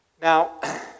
Now